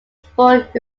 sport